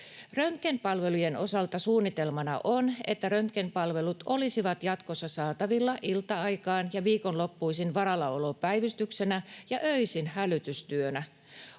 Röntgenpalvelujen osalta suunnitelmana on, että röntgenpalvelut olisivat jatkossa saatavilla ilta-aikaan ja viikonloppuisin varallaolopäivystyksenä ja öisin hälytystyönä.